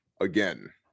again